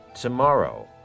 tomorrow